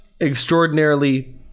extraordinarily